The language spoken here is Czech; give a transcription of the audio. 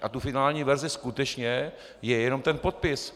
A tou finální verzí je skutečně jenom ten podpis.